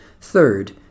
Third